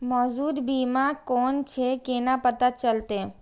मौजूद बीमा कोन छे केना पता चलते?